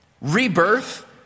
rebirth